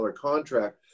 contract